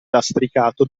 lastricato